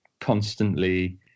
constantly